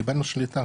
אבדנו שליטה,